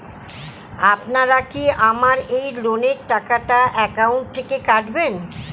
আপনারা কি আমার এই লোনের টাকাটা একাউন্ট থেকে কাটবেন?